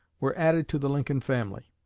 were added to the lincoln family.